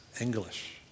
English